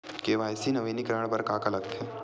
KYC नवीनीकरण बर का का लगथे?